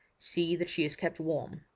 see that she is kept warm.